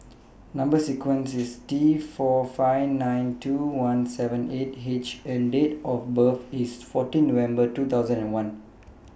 Number sequence IS T four five nine two one seven eight H and Date of birth IS fourteen November two thousand and one